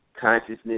consciousness